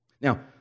Now